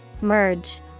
Merge